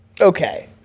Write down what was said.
Okay